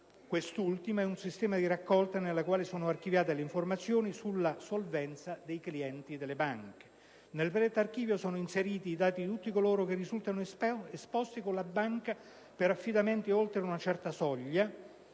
Quest'ultimo è un sistema di raccolta nel quale sono archiviate le informazioni sulla solvenza dei clienti delle banche. Nel predetto archivio sono inseriti i dati di tutti coloro che risultano esposti con la banca per affidamenti oltre una certa soglia